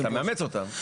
אתה מאמץ אותה.